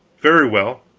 very well,